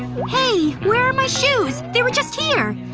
hey. where are my shoes? they were just here